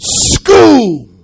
school